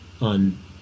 on